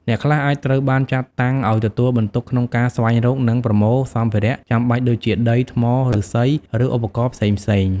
អ្នកខ្លះអាចត្រូវបានចាត់តាំងឲ្យទទួលបន្ទុកក្នុងការស្វែងរក និងប្រមូលសម្ភារៈចាំបាច់ដូចជា ដី ថ្ម ឫស្សី ឬឧបករណ៍ផ្សេងៗ។